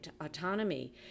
autonomy